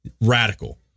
radical